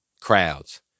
Crowds